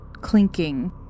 clinking